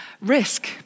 risk